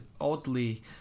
oddly